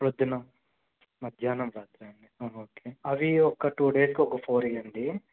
ప్రొద్దున మధ్యాహ్నం రాత్రా అండి ఓకే అవి ఒక టూ డేస్కి ఒక ఫోర్ ఇవ్వండి